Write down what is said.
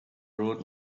road